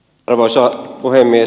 arvoisa puhemies